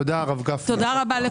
תודה רבה.